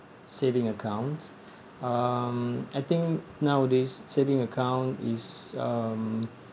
saving account um I think nowadays saving account is um